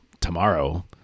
tomorrow